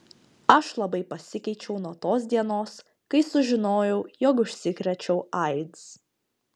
aš labai pasikeičiau nuo tos dienos kai sužinojau jog užsikrėčiau aids